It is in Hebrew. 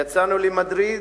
יצאנו למדריד,